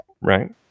Right